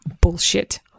Bullshit